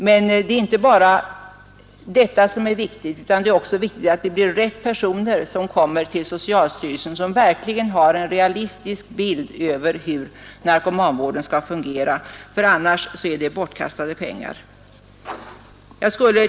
Men det är inte bara detta som är viktigt, utan det är också viktigt att det är rätt personal som kommer till socialstyrelsen, personal som har en realistisk bild av hur narkomanvården skall fungera, för annars är det bortkastade pengar.